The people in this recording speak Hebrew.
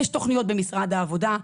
יש תוכניות במשרד העבודה,